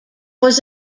was